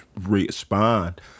respond